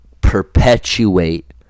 perpetuate